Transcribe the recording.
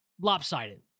lopsided